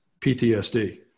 PTSD